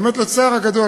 באמת לצער הגדול,